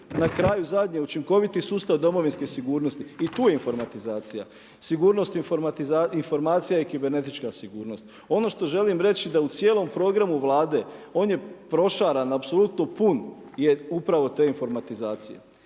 na kraju zadnje, učinkoviti sustav domovinske sigurnosti. I tu je informatizacija. Sigurnost informacija i kibernetička sigurnost. Ono što želim reći da u cijelom programu Vlade on je prošaran, apsolutno pun je upravo te informatizacije.